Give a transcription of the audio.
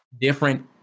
different